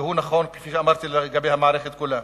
כפי שאמרתי, זה נכון לגבי המערכת כולה,